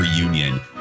reunion